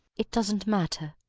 it doesn't matter.